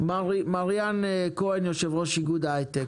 מריאן כהן, יושב-ראש איגוד ההייטק.